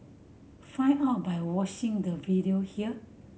find out by watching the video here